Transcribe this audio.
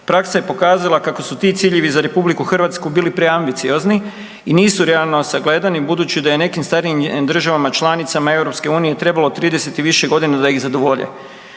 Praksa je pokazala kako su ti ciljevi za RH bili preambiciozni i nisu realno sagledani budući da je nekim starijim državama članicama EU trebalo 30 i više godina da ih zadovolje.